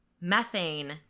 methane